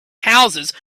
houses